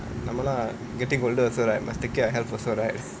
come on lah getting older must take care of health also right